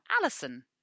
Alison